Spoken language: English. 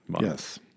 Yes